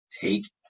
take